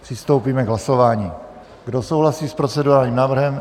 Přistoupíme k hlasování, kdo souhlasí s procedurálním návrhem.